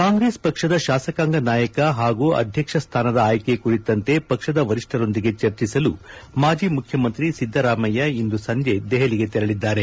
ಕಾಂಗ್ರೆಸ್ ಪಕ್ಷದ ಶಾಸಕಾಂಗ ನಾಯಕ ಹಾಗೂ ಅಧ್ಯಕ್ಷಸ್ಥಾನದ ಆಯ್ಕೆ ಕುರಿತಂತೆ ಪಕ್ಷದ ವರಿಷ್ಟರೊಂದಿಗೆ ಚರ್ಚಿಸಲು ಮಾಜಿ ಮುಖ್ಯಮಂತ್ರಿ ಸಿದ್ದರಾಮಯ್ಯ ಇಂದು ಸಂಜಿ ದೆಹಲಿಗೆ ತೆರಳಿದ್ದಾರೆ